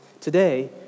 Today